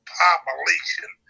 population